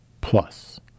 plus